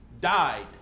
died